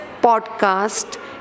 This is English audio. podcast